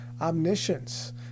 omniscience